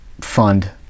fund